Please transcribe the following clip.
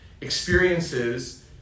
experiences